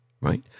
right